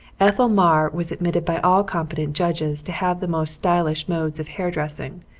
ethel marr was admitted by all competent judges to have the most stylish modes of hair-dressing,